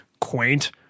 quaint